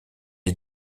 est